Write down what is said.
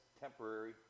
temporary